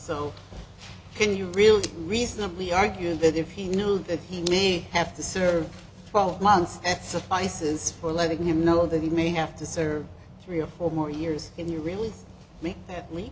so can you really reasonably argue that if you know that he may have to serve twelve months at suffices for letting him know that he may have to serve three or four more years and you really make that